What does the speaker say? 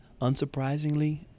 unsurprisingly